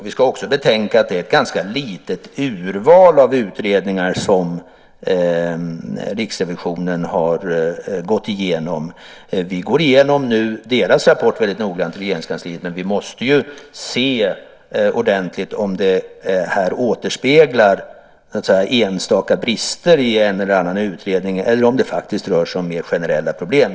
Vi ska också betänka att det är ett ganska litet urval av utredningar som Riksrevisionen har gått igenom. I Regeringskansliet går vi nu väldigt noga igenom Riksrevisionens rapport. Men vi måste se ordentligt om detta återspeglar enstaka brister i en eller annan utredning eller om det faktiskt rör sig om mer generella problem.